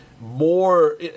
more